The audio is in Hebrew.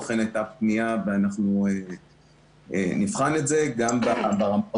אכן הייתה פנייה ואנחנו נבחן את זה גם ברמה האוצרית.